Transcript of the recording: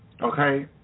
okay